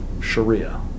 Sharia